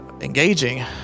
engaging